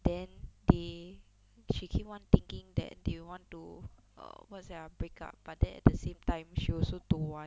then they she keep on thinking that they want to err what is that ah break up but then at the same time she also don't want